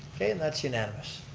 okay and that's unanimous.